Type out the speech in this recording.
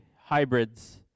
hybrids